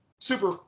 super